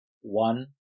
one